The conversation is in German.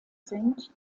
sind